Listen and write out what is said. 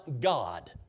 God